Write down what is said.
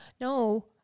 No